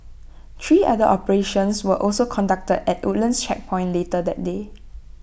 three other operations were also conducted at the Woodlands checkpoint later that day